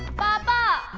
papa